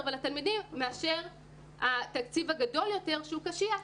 ולתלמידים מאשר התקציב הגדול יותר שהוא קשיח.